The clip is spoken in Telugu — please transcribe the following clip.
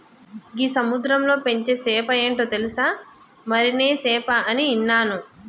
గీ సముద్రంలో పెంచే సేప ఏంటో తెలుసా, మరినే సేప అని ఇన్నాను